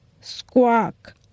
Squawk